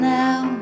now